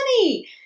money